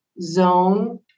zone